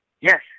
Yes